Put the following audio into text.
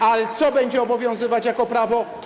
Ale co będzie obowiązywać jako prawo?